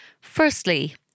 Firstly